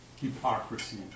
hypocrisy